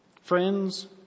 friends